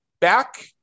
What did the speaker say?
back